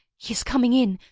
he is coming in!